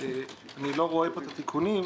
אני לא רואה פה את התיקונים,